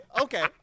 okay